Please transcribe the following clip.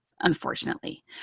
unfortunately